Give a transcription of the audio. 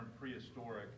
prehistoric